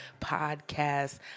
podcast